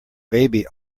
baby